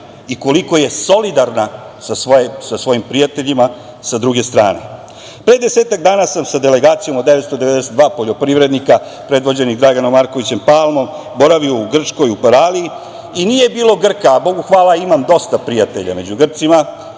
i koliko je solidarna sa svojim prijateljima, sa druge strane. Pre desetak dana sam sa delegacijom od 992 poljoprivrednika, predvođenih Draganom Markovićem Palmom, boravio u Grčkoj, u Paraliji, i nije bilo Grka, a Bogu hvala, imam dosta prijatelja među Grcima,